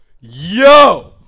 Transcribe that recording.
yo